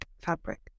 Fabric